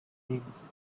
names